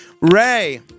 Ray